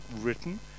written